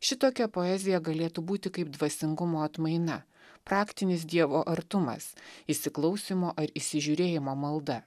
šitokia poezija galėtų būti kaip dvasingumo atmaina praktinis dievo artumas įsiklausymo ar įsižiūrėjimo malda